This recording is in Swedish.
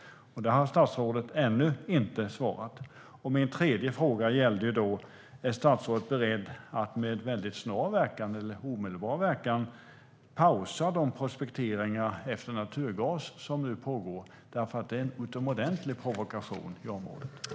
Där har statsrådet ännu inte svarat.